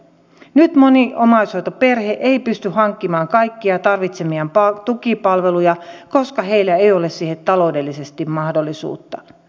nyt moni omaishoitoperhe ei pysty hankkimaan kaikkia tarvitsemiaan tukipalveluja koska heillä ei ole siihen taloudellisesti mahdollisuutta